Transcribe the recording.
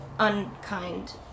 unkind